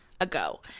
ago